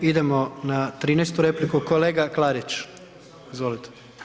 Ok, idemo na 13. repliku, kolega Klarić, izvolite.